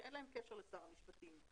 שאין להם קשר לשר המשפטים,